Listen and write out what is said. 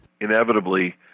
Inevitably